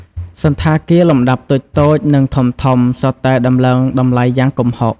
សណ្ឋាគារលំដាប់តូចៗ និងធំៗសុទ្ធតែដំឡើងតម្លៃយ៉ាងគំហុក។